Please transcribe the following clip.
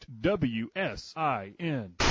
W-S-I-N